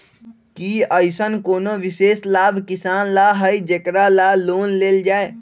कि अईसन कोनो विशेष लाभ किसान ला हई जेकरा ला लोन लेल जाए?